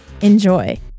Enjoy